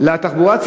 לתחבורה הפרטית.